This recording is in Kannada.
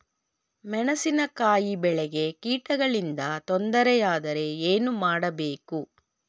ಮೆಣಸಿನಕಾಯಿ ಬೆಳೆಗೆ ಕೀಟಗಳಿಂದ ತೊಂದರೆ ಯಾದರೆ ಏನು ಮಾಡಬೇಕು?